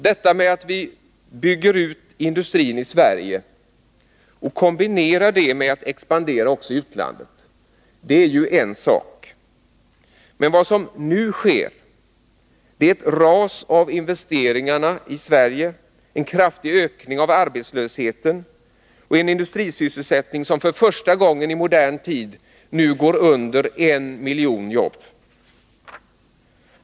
Det är en sak att vi bygger ut industrin i Sverige och kombinerar det med att expandera också i utlandet, men vad som nu sker är ett ras av investeringarna i Sverige, en kraftig ökning av arbetslösheten och en minskning av industrisysselsätt” 'ngen, så att den nu för första gången i modern tid går under en miljon jobb.